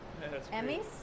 Emmys